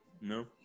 No